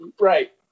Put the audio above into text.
Right